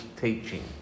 teaching